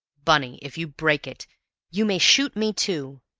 bunny, if you break it you may shoot me, too!